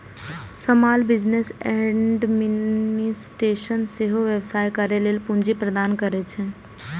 small business administration सेहो व्यवसाय करै लेल पूंजी प्रदान करै छै